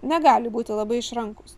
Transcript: negali būti labai išrankūs